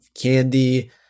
candy